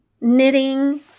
knitting